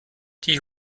die